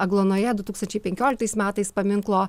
agluonoje du tūkstančiai penkioliktais metais paminklo